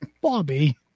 Bobby